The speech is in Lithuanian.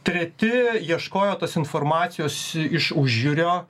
treti ieškojo tos informacijos iš užjūrio